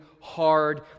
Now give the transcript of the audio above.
hard